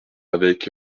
avec